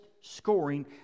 scoring